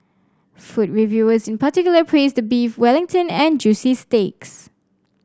food reviewers in particular praised the Beef Wellington and juicy steaks